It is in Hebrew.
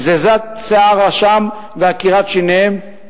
גזיזת שיער ראשם ועקירת שיניהם,